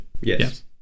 Yes